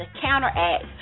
counteract